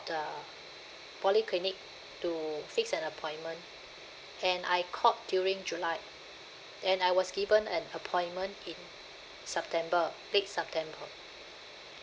the polyclinic to fix an appointment and I called during july and I was given an appointment in september late september